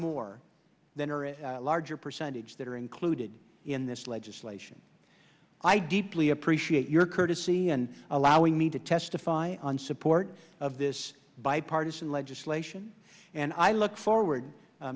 more than or a larger percentage that are included in this legislation i deeply appreciate your courtesy and allowing me to testify on support of this bipartisan legislation and i look forward